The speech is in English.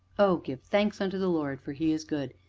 oh! give thanks unto the lord, for he is good,